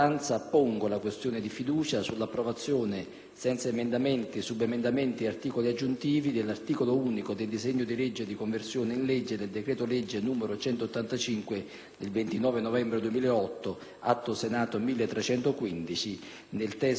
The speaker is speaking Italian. senza emendamenti, subemendamenti e articoli aggiuntivi, dell'articolo unico del disegno di legge di conversione in legge del decreto-legge 29 novembre 2008, n. 185 (Atto Senato n. 1315), nel testo identico a quello approvato dalla Camera